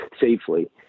safely